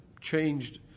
changed